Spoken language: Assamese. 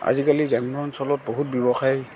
আজিকালি গ্ৰাম্য অঞ্চলত বহুত ব্যৱসায়